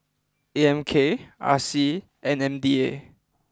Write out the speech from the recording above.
A M K R C and M D A